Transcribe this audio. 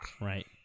right